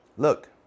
Look